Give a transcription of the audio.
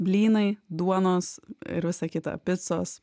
blynai duonos ir visa kita picos